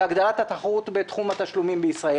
להגדלת התחרות בתחום התשלומים בישראל.